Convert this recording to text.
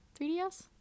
3DS